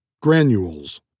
granules